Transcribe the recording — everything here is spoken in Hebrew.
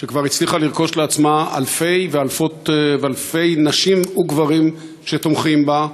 שכבר הצליחה לרכוש לעצמה אלפי נשים וגברים שתומכים בה.